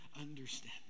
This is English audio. understanding